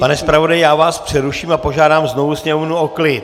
Pane zpravodaji, já vás přeruším a požádám znovu sněmovnu o klid!